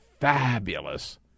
fabulous